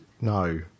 No